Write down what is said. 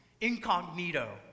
incognito